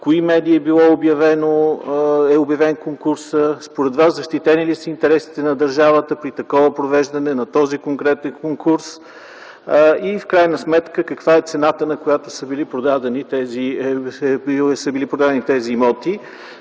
кои медии е обявен конкурсът, според Вас защитени ли са интересите на държавата при такова провеждане на този конкретен конкурс и в крайна сметка каква е цената, на която са били продадени тези имоти?